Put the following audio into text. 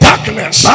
Darkness